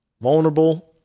vulnerable